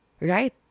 right